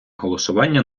голосування